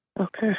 Okay